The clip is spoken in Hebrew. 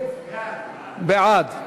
בעד.